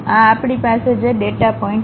આ આપણી પાસે જે ડેટા પોઇન્ટ છે